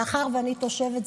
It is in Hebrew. מאחר שאני תושבת שדרות,